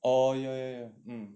orh ya ya ya um